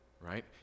Right